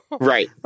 Right